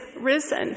risen